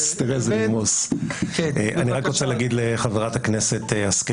אני רוצה לומר לחברת הכנסת השכל